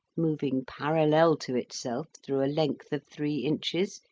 moving parallel to itself through a length of three inches,